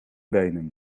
benen